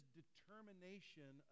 determination